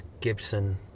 Gibson